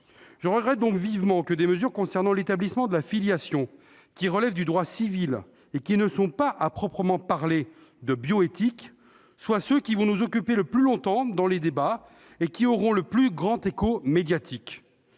Je regrette donc vivement que des mesures concernant l'établissement de la filiation, lesquelles relèvent du droit civil et ne sont pas, à proprement parler, de nature bioéthique, soient celles qui vont nous occuper le plus longtemps dans les débats et qui auront le plus grand écho médiatique.